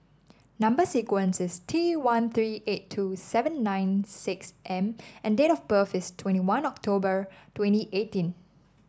number sequence is T one three eight two seven nine six M and date of birth is twenty one October twenty eighteen